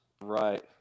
Right